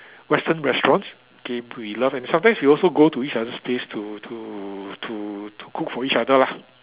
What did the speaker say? Western restaurants okay we love it and sometimes we also go to each other's place to to to to cook for each other lah